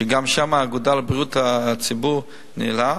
שגם שם האגודה לבריאות הציבור ניהלה,